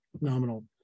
nominal